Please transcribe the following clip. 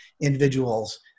individuals